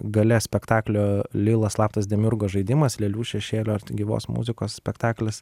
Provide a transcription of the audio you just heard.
gale spektaklio lila slaptas demiurgo žaidimas lėlių šešėlio gyvos muzikos spektaklis